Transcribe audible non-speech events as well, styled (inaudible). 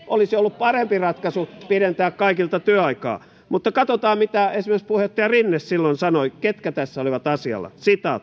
(unintelligible) olisi ollut parempi ratkaisu pidentää kaikilta työaikaa mutta katsotaan mitä esimerkiksi puheenjohtaja rinne silloin sanoi siitä ketkä tässä olivat asialla